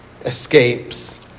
escapes